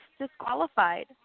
disqualified